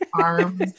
arms